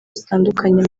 zitandukanye